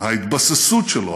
ההתבססות שלו,